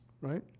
Right